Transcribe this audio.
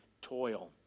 toil